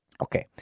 Okay